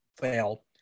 fail